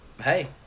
hey